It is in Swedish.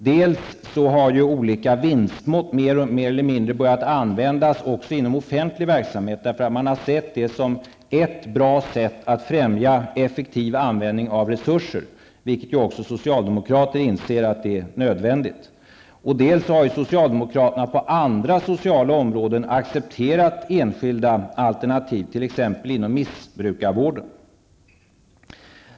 Dels har olika vinstmått mer eller mindre börjat användas också inom offentlig verksamhet -- man har sett det som ett bra sätt att främja en effektiv användning av resurserna, något som ju också socialdemokraterna inser är nödvändigt --, dels har socialdemokraterna på andra sociala områden accepterat enskilda alternativ, t.ex. inom missbrukarvården.